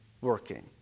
working